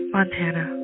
Montana